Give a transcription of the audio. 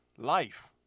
Life